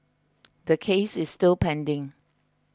the case is still pending